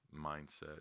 mindset